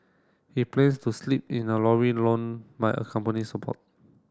he plans to sleep in a lorry loaned by a company supporter